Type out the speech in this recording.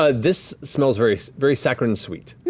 ah this smells very very saccharine-sweet.